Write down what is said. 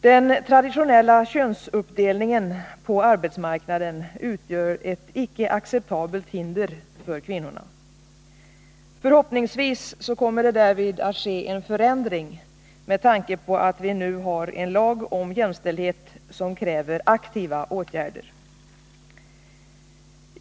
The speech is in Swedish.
Den traditionella könsuppdelningen på arbetsmarknaden utgör ett icke acceptabelt hinder för kvinnona. Förhoppningsvis kommer det därvidlag att ske en förändring med tanke på att vi nu har en lag om jämställdhet som kräver aktiva åtgärder.